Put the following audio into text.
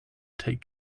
take